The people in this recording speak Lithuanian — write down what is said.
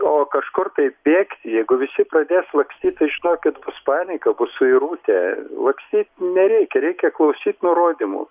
o kažkur tai bėgt jeigu visi pradės lakstyt tai žinokit bus panika bus suirutė lakstyt nereikia reikia klausyt nurodymų